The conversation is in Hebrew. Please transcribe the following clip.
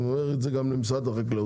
אני אומר את זה גם למשרד החקלאות,